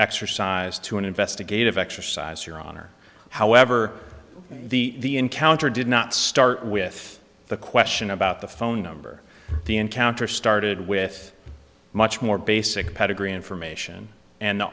exercise to an investigative exercise your honor however the counter did not start with the question about the phone number the encounter started with much more basic pedigree information and the